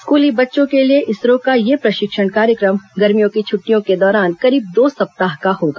स्कूली बच्चों के लिए इसरो का यह प्रशिक्षण कार्यक्रम गर्मियों की छट्टियों के दौरान करीब दो सप्ताह का होगा